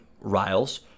Riles